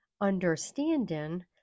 understanding